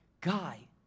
guy